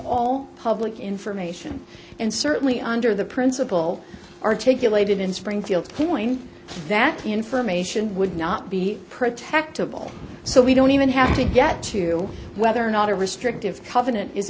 all public information and certainly under the principle articulated in springfield point that information would not be protectable so we don't even have to get to whether or not a restrictive covenant i